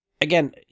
Again